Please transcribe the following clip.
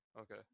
Okay